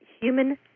human